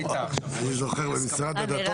אני זוכר למשרד הדתות,